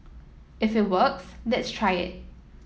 if it works let's try it